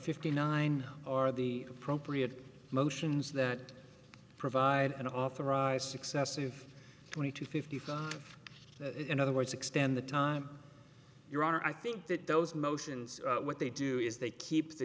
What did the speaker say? fifty nine are the appropriate motions that provide an authorized success in twenty to fifty five in other words extend the time your honor i think that those motions what they do is they keep the